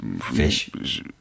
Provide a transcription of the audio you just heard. Fish